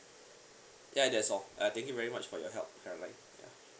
ya that's all uh thank you very much for your help caroline ya